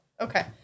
Okay